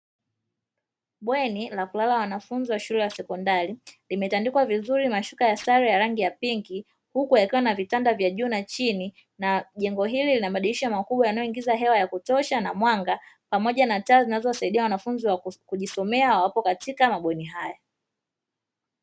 Bweni la kulala wanafunzi wa shule ya sekondari, limetandikwa vizuri mashuka ya sare ya rangi ya pinki, huku yakiwa na vitanda vya juu na chini, na jengo hili lina madirisha makubwa yanayoingiza hewa ya kutosha na mwanga, pamoja na taa zinazowasaidia wanafunzi kujisomea wawapo katika mabweni haya.